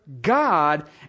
God